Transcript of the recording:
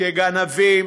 כגנבים,